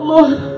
Lord